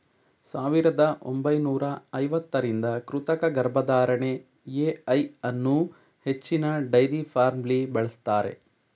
ಸಾವಿರದ ಒಂಬೈನೂರ ಐವತ್ತರಿಂದ ಕೃತಕ ಗರ್ಭಧಾರಣೆ ಎ.ಐ ಅನ್ನೂ ಹೆಚ್ಚಿನ ಡೈರಿ ಫಾರ್ಮ್ಲಿ ಬಳಸ್ತಾರೆ